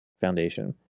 foundation